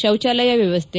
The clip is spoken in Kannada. ಶೌಚಾಲಯ ವ್ವವಸ್ಥೆ